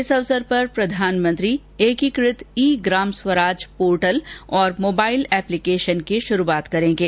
इस अवसर पर प्रधानमंत्री एकीकृत ई ग्राम स्वराज पोर्टल और मोबाइल एपलिकेशन की शुरूआत करेंगे